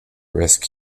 risk